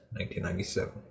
1997